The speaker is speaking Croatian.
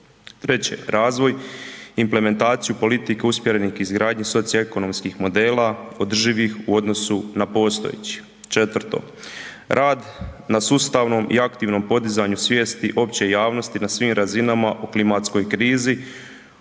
Treće, razvoj i implementaciju politika usmjerenih k izgradnji socioekonomskih modela održivih u odnosu na postojeći. Četvrto, rad na sustavnom i aktivnom podizanju svijesti opće javnosti na svim razinama o klimatskoj krizi